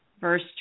verse